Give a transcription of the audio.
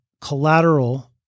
collateral